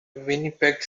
winnipeg